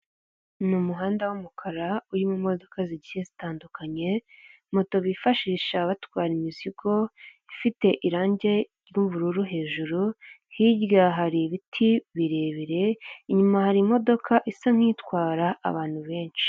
Ni umuhanda w'umukara uri mu modoka zigiye zitandukanye moto bifashisha batwara imizigo ifite irangi ry'ubururu hejuru hirya hari ibiti birebire inyuma hari imodoka isa nkitwara abantu benshi.